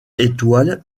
étoile